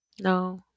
No